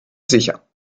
sicher